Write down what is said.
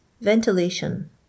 ventilation